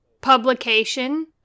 publication